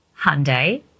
Hyundai